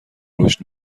رشد